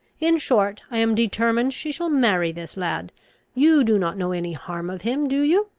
in short, i am determined she shall marry this lad you do not know any harm of him, do you?